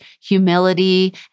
humility